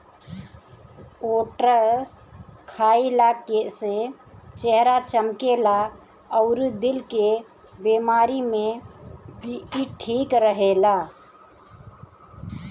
oats खाइला से चेहरा चमकेला अउरी दिल के बेमारी में भी इ ठीक रहेला